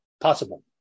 possible